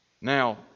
Now